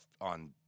on